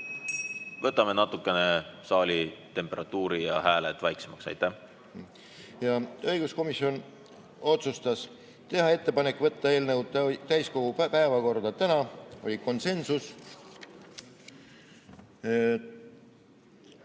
Võtame natukene saali temperatuuri [maha] ja hääled vaiksemaks. Õiguskomisjon otsustas: teha ettepanek võtta eelnõu täiskogu päevakorda tänaseks (oli konsensus),